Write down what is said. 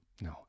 no